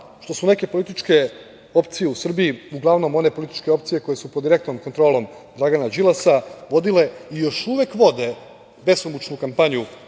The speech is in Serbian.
što su neke političke opcije u Srbiji, uglavnom one političke opcije koje su pod direktnom kontrolom Dragana Đilasa, vodile i još uvek vode besomučnu kampanju